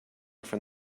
from